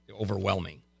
overwhelming